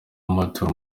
amaturo